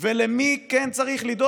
מבחינת נתניהו וגנץ ולמי כן צריך לדאוג,